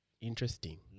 Interesting